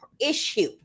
issue